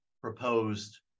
proposed